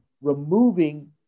removing